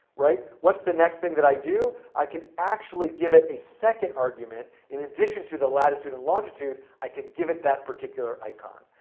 right? what's the next thing that i do? i can actually give it a second argument. in addition to the latitude and longitude, i can give it that particular icon.